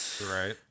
Right